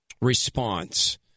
response